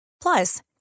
Plus